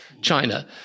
China